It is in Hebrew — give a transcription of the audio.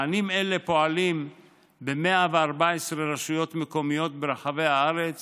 מענים אלה פועלים ב-114 רשויות מקומיות ברחבי הארץ